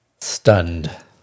stunned